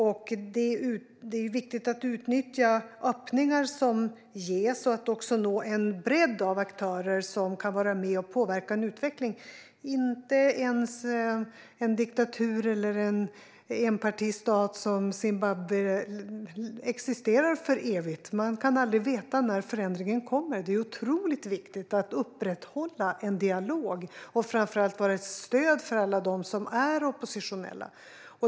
Det är viktigt att utnyttja de öppningar som ges och också nå en bredd av aktörer som kan vara med och påverka en utveckling. Inte ens en diktatur eller enpartistat som Zimbabwe existerar för evigt. Man kan aldrig veta när förändringen kommer. Det är otroligt viktigt att upprätthålla en dialog och att vara ett stöd för alla dem som är oppositionella.